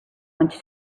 once